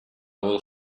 will